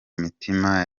mitima